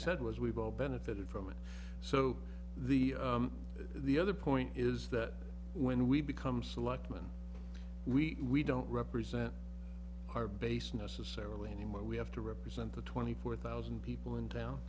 said was we've all benefited from it so the the other point is that when we become selectman we don't represent our base necessarily anymore we have to represent the twenty four thousand people in town